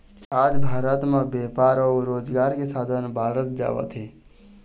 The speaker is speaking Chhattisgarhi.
आज भारत म बेपार अउ रोजगार के साधन बाढ़त जावत हे